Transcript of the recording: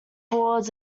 boards